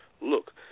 look